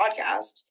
podcast